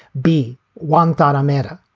b one thought armada.